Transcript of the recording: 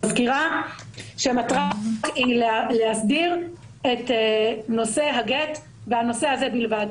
אני מזכירה שמטרת החוק היא להסדיר את נושא הגט ואת הנושא הזה בלבד.